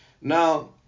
Now